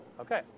Okay